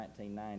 1990